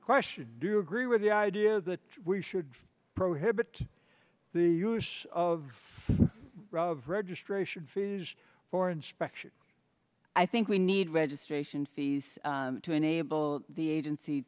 question do you agree with the idea that we should prohibit the use of registration fees for inspection i think we need registration fees to enable the agency